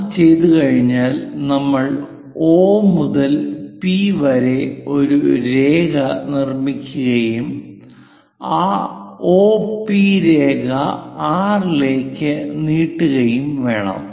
അത് ചെയ്തുകഴിഞ്ഞാൽ നമ്മൾ O മുതൽ P വരെ ഒരു രേഖ നിർമ്മിക്കുകയും ആ O P രേഖ R ലേക്ക് നീട്ടുകയും വേണം